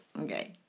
Okay